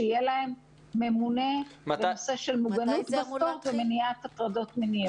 שיהיה להם ממונה לנושא של מוגנות בספורט ומניעת הטרדות מיניות.